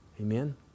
Amen